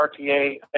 RTA